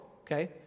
okay